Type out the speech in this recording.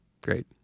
Great